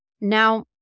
Now